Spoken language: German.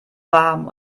warm